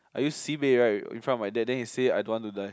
I use sibei right in front of my dad then he say I don't want to die